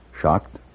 Shocked